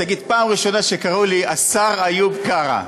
תגיד: פעם ראשונה שקראו לי השר איוב קרא.